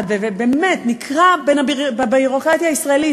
בביורוקרטיה הישראלית,